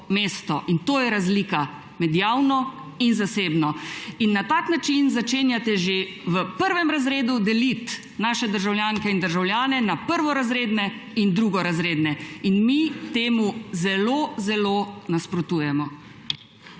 mesto. In to je razlika med javnim in zasebnim. Na takšen način začenjate že v prvem razredu deliti naše državljanke in državljane na prvorazredne in drugorazredne. Mi temu zelo zelo nasprotujemo.